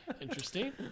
Interesting